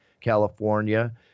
California